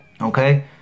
Okay